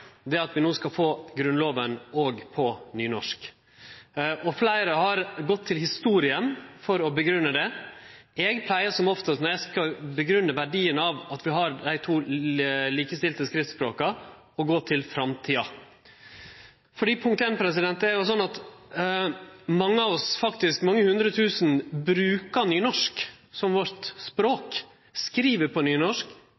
er at vi no skal få Grunnlova òg på nynorsk. Fleire har gått til historia for å grunngje det. Eg pleier som oftast, når eg skal grunngje verdien av at vi har dei to likestilte skriftspråka, å gå til framtida, fordi, punkt ein, det er jo sånn at mange av oss, faktisk mange hundretusen, brukar nynorsk som